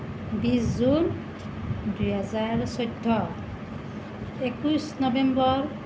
বিশ জুন দুই হেজাৰ চৈধ্য একৈছ নবেম্বৰ